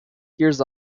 hears